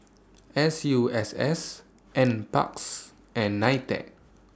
S U S S N Parks and NITEC